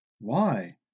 Why